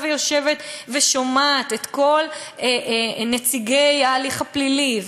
ויושבת ושומעת את כל נציגי ההליך הפלילי,